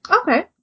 Okay